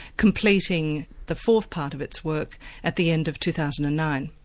completing the fourth part of its work at the end of two thousand and nine.